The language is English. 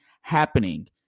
happening